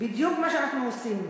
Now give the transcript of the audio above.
בדיוק מה שאנחנו עושים.